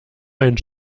ein